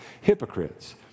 hypocrites